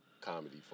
comedy